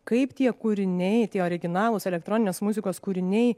kaip tie kūriniai tie originalūs elektroninės muzikos kūriniai